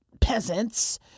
peasants